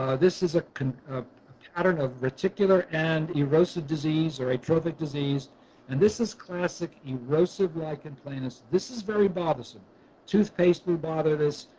this is ah a pattern of reticular and erosive disease or atrophic disease and this is classic erosive lichen planus. this is very bothersome toothpaste bothers,